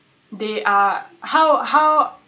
they are how how